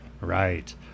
Right